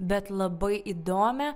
bet labai įdomią